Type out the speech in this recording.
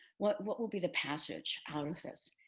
what what will be the passage out of this?